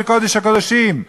בקודש הקודשים.